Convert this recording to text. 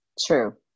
True